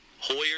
Hoyer